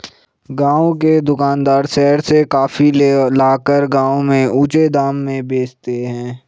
गांव के दुकानदार शहर से कॉफी लाकर गांव में ऊंचे दाम में बेचते हैं